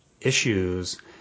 issues